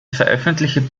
veröffentlichte